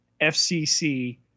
FCC